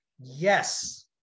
Yes